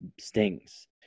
stings